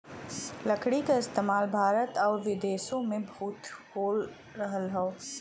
लकड़ी क इस्तेमाल भारत आउर विदेसो में बहुत हो रहल हौ